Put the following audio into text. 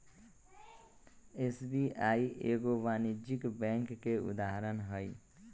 SBI एगो वाणिज्यिक bank के उदाहरण हइ